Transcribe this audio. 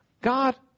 God